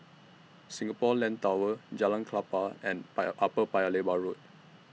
Singapore Land Tower Jalan Klapa and Paya Upper Paya Lebar Road